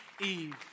Eve